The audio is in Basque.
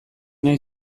nahi